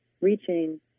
reaching